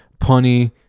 punny